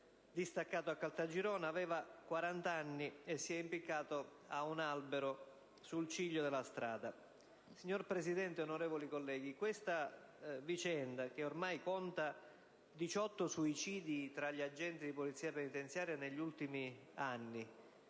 distaccato a Caltagirone, aveva quarant'anni e si è impiccato a un albero sul ciglio della strada. Signora Presidente, onorevoli colleghi, si contano ormai 18 suicidi tra gli agenti di Polizia penitenziaria negli ultimi anni,